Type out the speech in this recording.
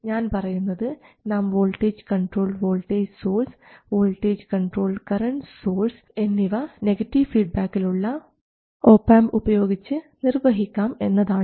ഞാൻ പറയുന്നത് നാം voltage controlled voltage source voltage controlled current source എന്നിവ നെഗറ്റീവ് ഫീഡ്ബാക്കിൽ ഉള്ള ഒപാംപ് ഉപയോഗിച്ച് നിർവഹിക്കാം എന്നാണ്